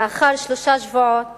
לאחר שלושה שבועות